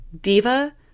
diva